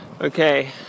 okay